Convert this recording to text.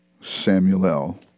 Samuel